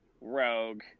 Rogue